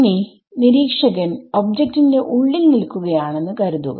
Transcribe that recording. ഇനി നിരീക്ഷകൻ ഒബ്ജക്റ്റ് ന്റെ ഉള്ളിൽ നിൽക്കുക യാണെന്ന് കരുതുക